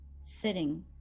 sitting